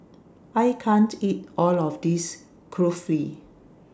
I can't eat All of This Kulfi